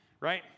right